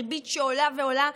ריבית שעולה ועולה.